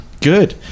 Good